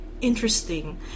interesting